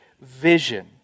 vision